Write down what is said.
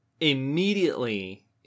immediately